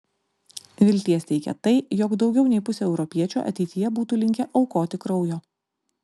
vilties teikia tai jog daugiau nei pusė europiečių ateityje būtų linkę aukoti kraujo